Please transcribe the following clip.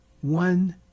one